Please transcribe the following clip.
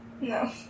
No